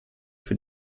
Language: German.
für